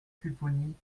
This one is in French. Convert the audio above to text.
pupponi